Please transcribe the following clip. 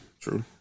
true